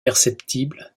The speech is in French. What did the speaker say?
perceptible